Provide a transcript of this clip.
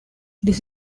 this